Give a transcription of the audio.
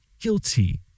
guilty